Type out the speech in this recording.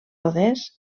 rodés